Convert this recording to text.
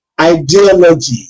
ideology